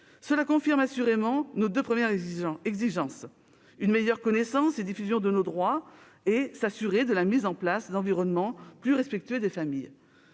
Cela confirme assurément nos deux premières exigences : une meilleure connaissance et diffusion de notre droit et la mise en place d'environnements respectueux des familles.